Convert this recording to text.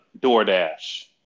DoorDash